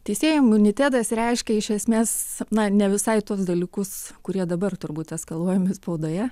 teisėjo imunitetas reiškia iš esmės na ne visai tuos dalykus kurie dabar turbūt eskaluojami spaudoje